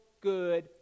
good